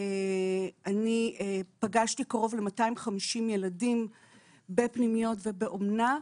אני פגשתי קרוב ל-250 ילדים בפנימיות ובאומנה,